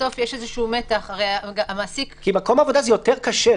בסוף יש איזשהו מתח כי המעסיק -- כי מקום עבודה זה יותר קשה.